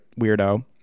weirdo